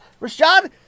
Rashad